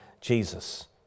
Jesus